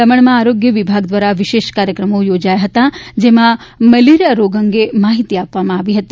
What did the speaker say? દમણમાં આરોગ્ય વિભાગ દ્વારા વિશેષ કાર્યક્રમ યોજાયો હતો જેમાં મેલેરિયા રોગ અંગે માહિતી આપવામાં આવી હતી